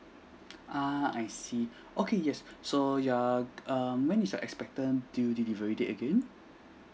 uh I see okay yes so you're err when is your expectant due delivery date again